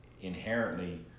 inherently